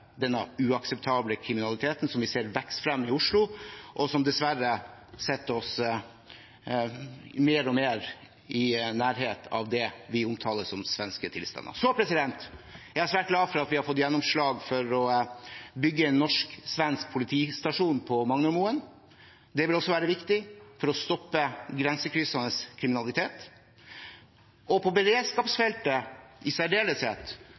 denne uakseptable kriminaliteten som vi ser vokser frem i Oslo, og som dessverre setter oss mer og mer i nærhet av det som det vi omtaler som «svenske tilstander». Jeg er svært glad for at vi har fått gjennomslag for å bygge en norsk-svensk politistasjon på Magnormoen. Det vil også være viktig for å stoppe grensekryssende kriminalitet. På beredskapsfeltet i særdeleshet